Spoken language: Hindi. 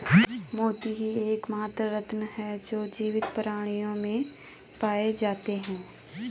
मोती ही एकमात्र रत्न है जो जीवित प्राणियों में पाए जाते है